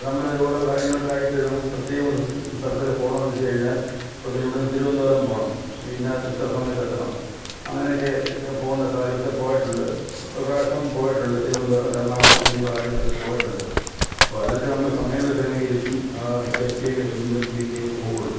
നമ്മൾ ഓരോ കാര്യങ്ങൾക്കായിട്ട് നമുക്ക് പ്രത്യേകം ഒരു സ്ഥലത്തൊക്കെ പോകണമെന്ന് വച്ചു കഴിഞ്ഞാൽ ഇപ്പത്തേന് ഇവിടെ നിന്ന് തിരുവനന്തപുരം പോകണം പിന്നെ അത് ഇത്ര സമയത്ത് എത്തണം അങ്ങനെയൊക്കെ പോവണ്ട സ്ഥലത്ത് പോയിട്ടുണ്ട് ഒരു പ്രാവശ്യം പോയിട്ടുണ്ട് തിരുവനന്തപുരം എറണാകുളം ഇങ്ങനെയുള്ള കാര്യങ്ങളൊക്കെ പോയിട്ടുണ്ട് അപ്പം അതിനൊക്കെ നമ്മൾ സമയങ്ങൾ ക്രമീകരിച്ചും സേഫ്റ്റിയൊക്കെ മുൻനിർത്തിയൊക്കെ പോവുകയുള്ളു